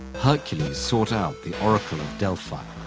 hercules sought out the oracle of delphi,